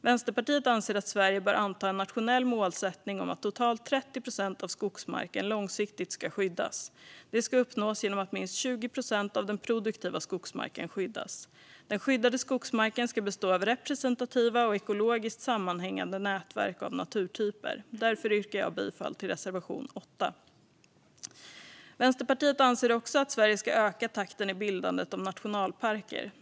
Vänsterpartiet anser att Sverige bör anta en nationell målsättning om att totalt 30 procent av skogsmarken långsiktigt ska skyddas. Det ska uppnås genom att minst 20 procent av den produktiva skogsmarken skyddas. Den skyddade skogsmarken ska bestå av representativa och ekologiskt sammanhängande nätverk av naturtyper. Därför yrkar jag bifall till reservation 8. Vänsterpartiet anser också att Sverige ska öka takten i bildandet av nationalparker.